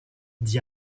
dit